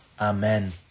Amen